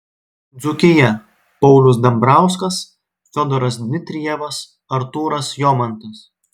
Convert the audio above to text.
dzūkija paulius dambrauskas fiodoras dmitrijevas artūras jomantas